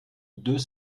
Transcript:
deux